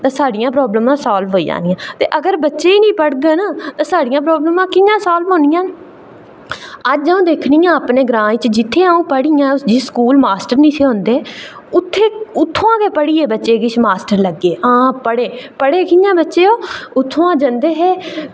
ते साढ़ियां प्रॉब्लमां सॉल्व होई जानियां ते अगर बच्चे निं पढ़ङन ते साढ़ियां प्रॉब्लमां कि'यां सॉल्व होङन अज्ज अं'ऊ दिक्खनी आं अपने ग्रांऽ ई जित्थै अं'ऊ पढ़ी आं ते इत्थै स्कूल मास्ट निं हे औंदे तां उत्थां गै पढ़ियै किश बच्चे मास्टर लग्गे आं लग्गे पढ़े कियां बच्चे ओह् उत्थुआं जंदे हे